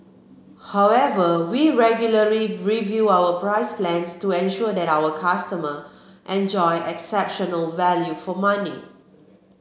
however we regularly review our price plans to ensure that our customer enjoy exceptional value for money